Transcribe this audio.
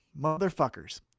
motherfuckers